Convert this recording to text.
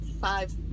five